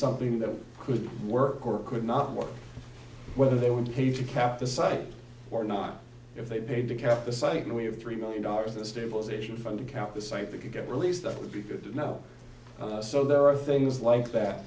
something that could work or could not work whether they would pay to cap this site or not if they paid to cap the site and we have three million dollars the stabilization fund account the site that could get released that would be good to know so there are things like that